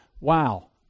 wow